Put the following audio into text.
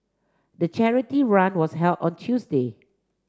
the charity run was held on Tuesday